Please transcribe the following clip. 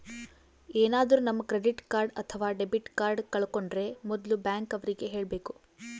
ಏನಾದ್ರೂ ನಮ್ credit card ಅಥವಾ ಡೆಬಿಟ್ ಕಾರ್ಡ್ ಕಳ್ಕೊಂಡ್ರೆ ಮೊದ್ಲು ಬ್ಯಾಂಕ್ ಅವ್ರಿಗೆ ಹೇಳ್ಬೇಕು